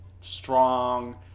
strong